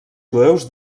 jueus